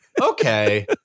Okay